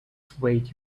swayed